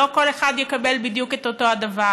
לא כל אחד יקבל בדיוק אותו דבר,